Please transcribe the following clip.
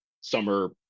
summer